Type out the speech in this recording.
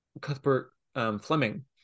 Cuthbert-Fleming